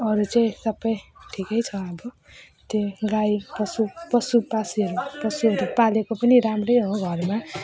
अरू चाहिँ सबै ठिकै छ अब त्यही गाई पशु पशु पासिहरू पशुहरू पालेको पनि राम्रै हो घरमा